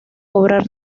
cobrar